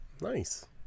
nice